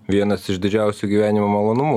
vienas iš didžiausių gyvenimo malonumų